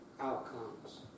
outcomes